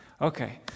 Okay